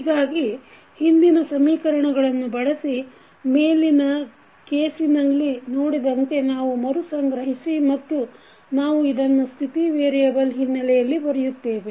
ಹೀಗಾಗಿ ಹಿಂದಿನ ಸಮೀಕರಣಗಳನ್ನು ಬಳಸಿ ಮೇಲಿನ ಕೇಸಿನಲ್ಲಿ ನೋಡಿದಂತೆ ನಾವು ಮರುಸಂಗ್ರಹಿಸಿ ಮತ್ತು ನಾವು ಇದನ್ನು ಸ್ಥಿತಿ ವೇರಿಯೆಬಲ್ ಹಿನ್ನೆಲೆಯಲ್ಲಿ ಬರೆಯುತ್ತೇವೆ